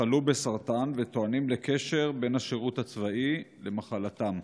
שחלו בסרטן וטוענים לקשר בין השירות הצבאי למחלתם.